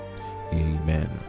Amen